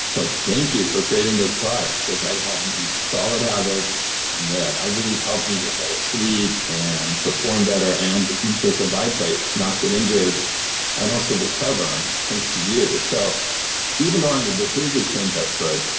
so, thank you for creating those products because i have these solid habits that i believe helped me get better sleep and perform better, and in case of vibe plate, not get injured and also recover, thanks to you. so even though i'm a behavior change expert,